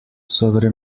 sobre